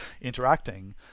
interacting